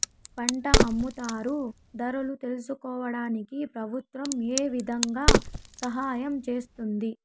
పంట అమ్ముతారు ధరలు తెలుసుకోవడానికి ప్రభుత్వం ఏ విధంగా సహాయం చేస్తుంది?